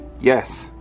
Yes